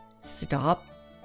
stop